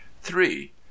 three